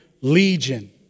Legion